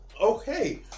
okay